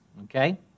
Okay